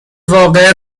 واقعه